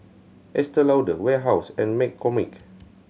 Estee Lauder Warehouse and McCormick